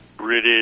British